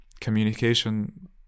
communication